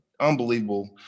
unbelievable